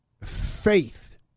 Faith